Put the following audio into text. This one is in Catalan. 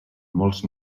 molts